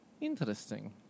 Interesting